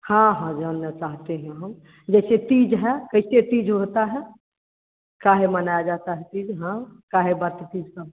हाँ हाँ जानना चाहते हैं हम जैसे तीज है कैसे तीज होता है काहे मनाया जाता है तीज हाँ काहे बात की